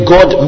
God